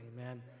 amen